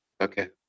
Okay